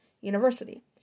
University